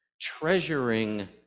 Treasuring